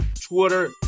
Twitter